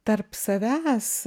tarp savęs